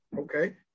Okay